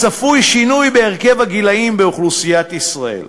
"וצפוי שינוי בהרכב הגילאים באוכלוסיית ישראל.